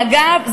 אגב,